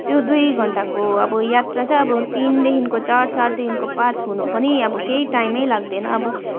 त्यो दुई घन्टाको अब यात्रा चाहिँ अब तिनदेखिको चार चारदेखि पाँच हुनु पनि अब केही टाइमै लाग्दैन अब